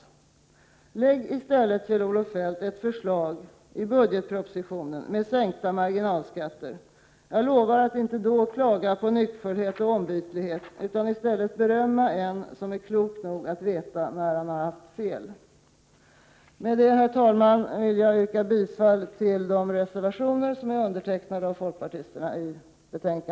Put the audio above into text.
Lägg i stället, Kjell-Olof Feldt, fram ett förslag i budgetpropositionen om sänkta marginalskatter. Jag lovar att då inte klaga på nyckfullhet och ombytlighet, utan att i stället berömma en som är klok nog att veta när han haft fel. Herr talman! Med detta yrkar jag bifall till de reservationer i betänkande nr 10 som är undertecknade av folkpartisterna.